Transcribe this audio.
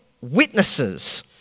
Witnesses